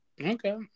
Okay